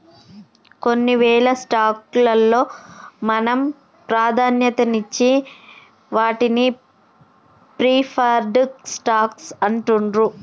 కొన్నివేల స్టాక్స్ లలో మనం ప్రాధాన్యతనిచ్చే వాటిని ప్రిఫర్డ్ స్టాక్స్ అంటుండ్రు